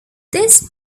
this